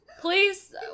please